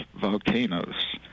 volcanoes